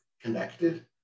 connected